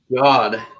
God